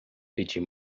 pedir